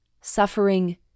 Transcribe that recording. suffering